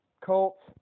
Colts